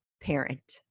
parent